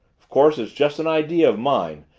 of course it's just an idea of mine,